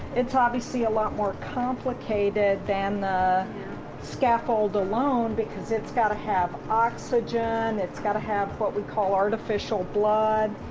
it's obviously a lot more complicated than the scaffold alone because it's got to have oxygen, it's got to have what we call artificial blood.